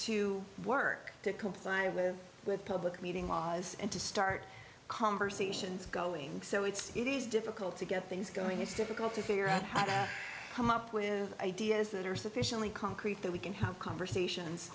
to work to comply with good public meeting was and to start conversations going so it's it is difficult to get things going his difficulty figure out how to come up with ideas that are sufficiently concrete that we can have conversations